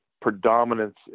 predominance